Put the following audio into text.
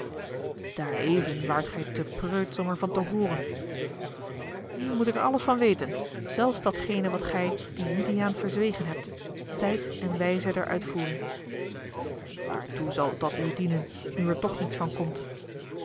daar even waart gij te preutsch om er van te hooren nu moet ik er alles van weten zelfs datgene wat gij dien juliaan verzwegen hebt tijd en wijze der uitvoering a l g bosboom-toussaint de delftsche wonderdokter eel aartoe zal het u dienen nu er toch niets van komt